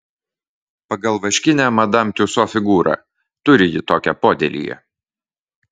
pagal vaškinę madam tiuso figūrą turi ji tokią podėlyje